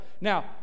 Now